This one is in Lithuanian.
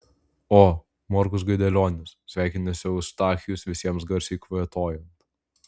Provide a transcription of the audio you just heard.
o morkus gaidelionis sveikinasi eustachijus visiems garsiai kvatojant